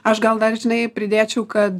aš gal dar žinai pridėčiau kad